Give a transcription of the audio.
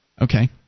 Okay